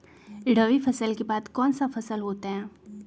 रवि फसल के बाद कौन सा फसल होता है?